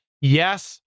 Yes